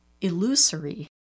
illusory